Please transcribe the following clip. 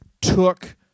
took